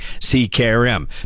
CKRM